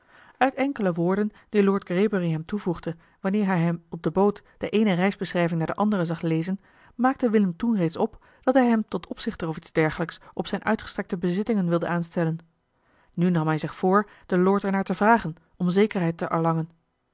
uit enkele woorden die lord greybury hem toevoegde wanneer hij hem op de boot de eene reisbeschrijving na de andere zag lezen maakte willem toen reeds op dat hij hem tot opzichter of iets dergelijks op zijne uitgestrekte bezittingen wilde aanstellen nu nam hij zich voor den lord er naar te vragen om zekerheid te